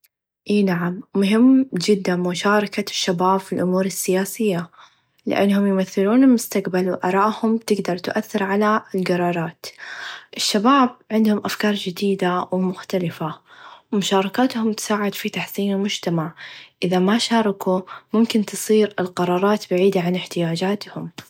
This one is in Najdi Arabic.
إي نعم مهم چدا مشاركه الشباب في الأمور السيايسه لأنهم يمثلون المستقبل و آرائهم تقدر تأثر على القرارات الشباب عندهم أفكار چديده و مختلفه و مشاركتهم تساعد في تحسين المچتمع إذا ما شاركو ممكن تصير القرارات بعيد عن إحتياجاتهم.